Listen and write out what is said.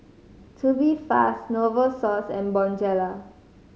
Tubifast Novosource and Bonjela